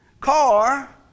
car